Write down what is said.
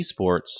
esports